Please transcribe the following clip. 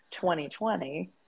2020